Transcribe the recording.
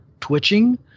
twitching